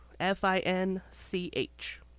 F-I-N-C-H